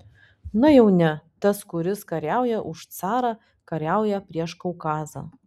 na jau ne tas kuris kariauja už carą kariauja prieš kaukazą